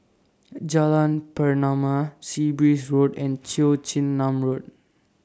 Jalan Pernama Sea Breeze Road and Cheong Chin Nam Road